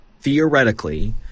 theoretically